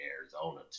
Arizona